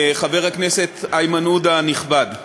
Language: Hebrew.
חבר הכנסת איימן עודה הנכבד,